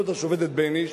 כבוד השופטת בייניש,